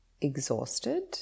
exhausted